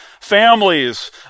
families